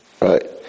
right